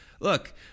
look